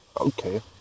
Okay